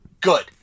Good